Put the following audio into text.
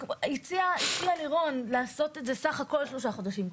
הציעה לירון לעשות את זה סך הכול שלושה חודשים,